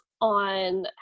on